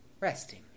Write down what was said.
Resting